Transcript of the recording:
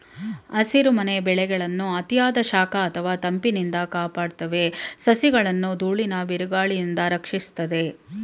ಹಸಿರುಮನೆ ಬೆಳೆಗಳನ್ನು ಅತಿಯಾದ ಶಾಖ ಅಥವಾ ತಂಪಿನಿಂದ ಕಾಪಾಡ್ತವೆ ಸಸಿಗಳನ್ನು ದೂಳಿನ ಬಿರುಗಾಳಿಯಿಂದ ರಕ್ಷಿಸ್ತದೆ